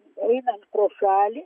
einant pro šalį